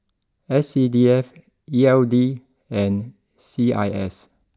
S C D F E L D and C I S